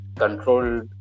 controlled